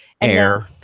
Air